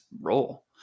role